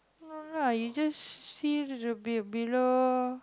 no lah you just see the be below